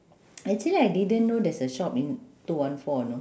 actually I didn't know there's a shop in two one four you know